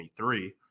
2023